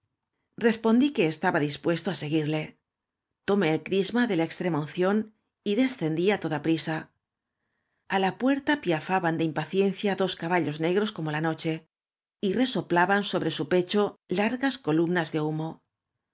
respondí que estaba dispuesto á seguirle tomé ei crisma de la extremaunción y descendí á toda prisa á la pnerta piafaban de impaciencia dos caba wos negros como la noche y resoplaban sobre su pecho largas columnas de humo